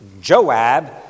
Joab